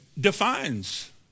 defines